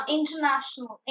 International